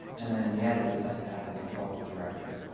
and then in the edit, it's nice to have that control as the director,